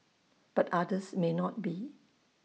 but others may not be